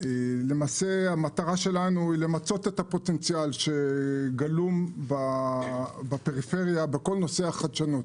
היא למצות את הפוטנציאל שגלום בפריפריה בכל נושא החדשנות.